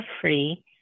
free